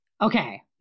Okay